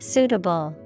Suitable